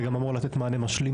זה גם אמור לתת מענה משלים,